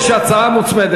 יש גם הצעה מוצמדת.